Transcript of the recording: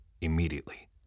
immediately